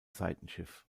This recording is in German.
seitenschiff